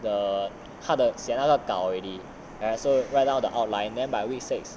the 写那个搞 already so write down the outline then by week six